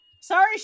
sorry